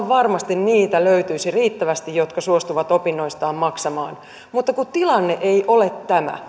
varmasti niitä löytyisi riittävästi jotka suostuvat opinnoistaan maksamaan mutta kun tilanne ei ole tämä